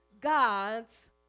God's